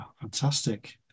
fantastic